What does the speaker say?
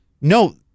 No